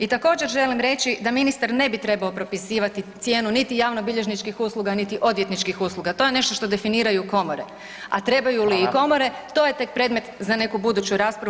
I također želim reći da ministar ne bi trebao propisivati cijenu niti javnobilježničkih usluga, niti odvjetničkih usluga, to je nešto što definiraju komore, a trebaju li i komore [[Upadica: Fala]] to je tek predmet za neku buduću raspravu.